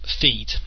feed